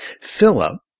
Philip